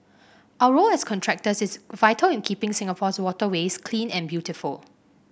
our role as contractors is vital in keeping Singapore's waterways clean and beautiful